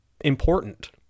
important